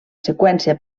seqüència